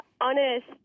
honest